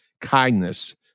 kindness